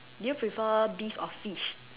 do you prefer beef or fish